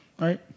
right